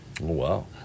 wow